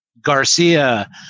Garcia